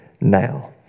now